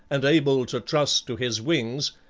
and able to trust to his wings,